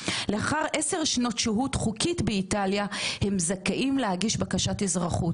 לאחר עשר שנות שהות חוקית באיטליה הם זכאים להגיש בקשת אזרחות,